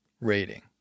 rating